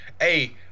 Hey